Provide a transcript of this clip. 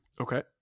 okay